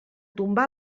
tombar